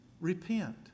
Repent